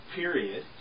period